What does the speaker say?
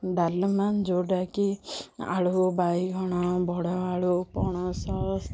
ଡାଲମା ଯେଉଁଟାକି ଆଳୁ ବାଇଗଣ ବଡ଼ ଆଳୁ ପଣସ